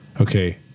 okay